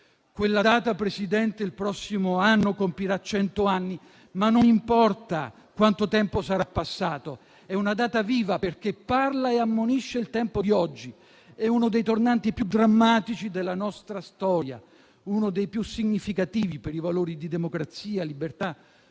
Quella data, Presidente, il prossimo anno compirà cento anni, ma non importa quanto tempo sarà passato: è una data viva, perché parla e ammonisce il tempo di oggi; è uno dei tornanti più drammatici della nostra storia e uno dei più significativi per i valori di democrazia, libertà